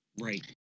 Right